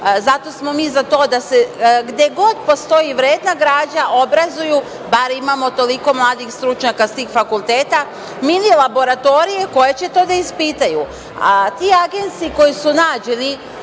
zato smo mi za to da se gde god postoji vredna građa obrazuju, bar imamo toliko mladih stručnjaka sa tih fakulteta, mini laboratorije koje će to da ispitaju. Ti agensi koji su nađeni